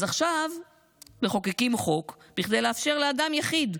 אז עכשיו מחוקקים חוק כדי לאפשר לאדם יחיד,